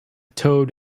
toad